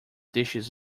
dishes